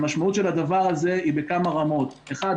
המשמעות של הדבר הזה היא בכמה רמות: אחד,